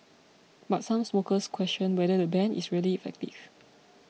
but some smokers question whether the ban is really effective